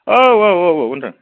औ औ औ ओनथां